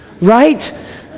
right